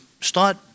start